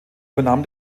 übernahm